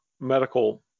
medical